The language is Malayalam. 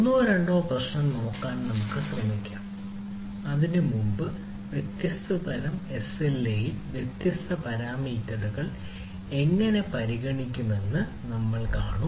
ഒന്നോ രണ്ടോ പ്രശ്നം നോക്കാൻ നമ്മൾ ശ്രമിക്കും അതിനുമുമ്പ് വ്യത്യസ്ത തരം എസ്എൽഎയിൽ വ്യത്യസ്ത പാരാമീറ്ററുകൾ എങ്ങനെ പരിഗണിക്കുമെന്ന് നമ്മൾ കാണും